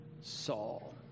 Saul